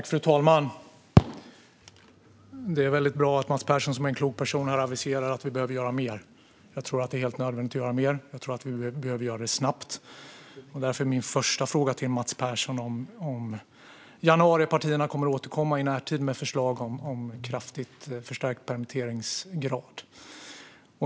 Fru talman! Det är bra att Mats Persson, en klok person, har aviserat att vi behöver göra mer. Jag tror att det är helt nödvändigt att göra mer och snabbt. Därför är min första fråga till Mats Persson om januaripartierna kommer att återkomma i närtid med förslag om kraftigt förstärkt permitteringsgrad.